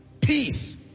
Peace